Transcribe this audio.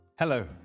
Hello